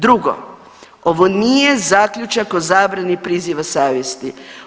Drugo, ovo nije zaključak o zabrani priziva savjesti.